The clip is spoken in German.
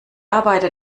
arbeite